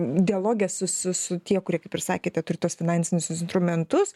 dialoge su su su tie kurie kaip ir sakėte turi tuos finansinius instrumentus